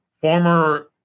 former